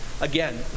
Again